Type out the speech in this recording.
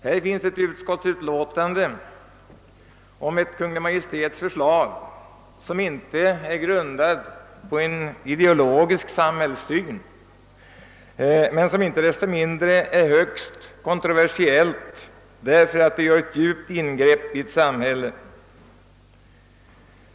Här finns ett utlåtande om ett Kungl. Maj:ts förslag, som inte är grundat på en ideologisk samhällssyn men som icke desto mindre är högst kontroversiellt, eftersom det gör ett djupt ingrepp i ett samhälle.